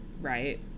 right